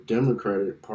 Democratic